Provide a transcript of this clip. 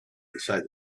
inside